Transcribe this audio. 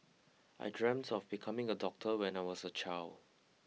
I dreamt of becoming a doctor when I was a child